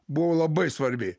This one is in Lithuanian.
buvo labai svarbi